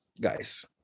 guys